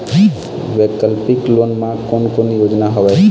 वैकल्पिक लोन मा कोन कोन योजना हवए?